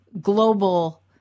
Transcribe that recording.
global